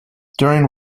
during